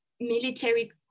military